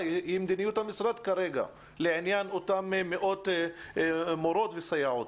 היא כרגע מדיניות המשרד לעניין אותם מאות מורות וסייעות.